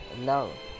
love